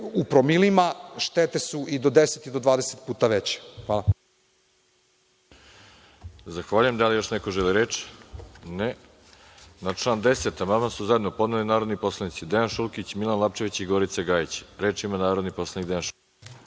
u promilima, štete su i do 10 i do 20 puta veće. Hvala. **Veroljub Arsić** Zahvaljujem. Da li još neko želi reč? (Ne)Na član 10. amandman su zajedno podneli narodni poslanici Dejan Šulkić, Milan Lapčević i Gorica Gajić. Reč ima narodni poslanik Dejan Šulkić.